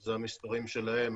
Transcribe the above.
זה המספרים שלהם,